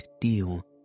deal